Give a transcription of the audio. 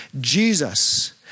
Jesus